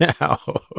now